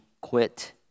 quit